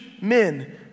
men